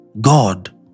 God